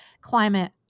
climate